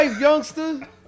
youngster